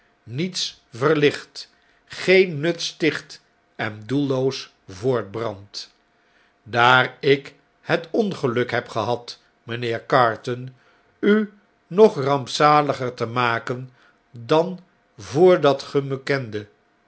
niets verlicht geen nut sticht en doelloos voortbrandt daar ik het ongeluk heb gehad mijnheer carton u nog rampzaliger te maken dan voordat gij me kendet